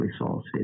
resources